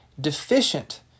deficient